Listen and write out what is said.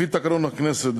לפי תקנון הכנסת,